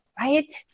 right